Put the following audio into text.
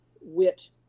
wit